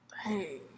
Hey